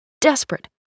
desperate